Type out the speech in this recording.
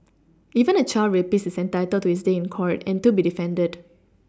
even a child rapist is entitled to his day in court and to be defended